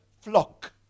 flock